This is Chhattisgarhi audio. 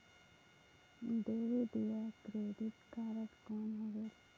डेबिट या क्रेडिट कारड कौन होएल?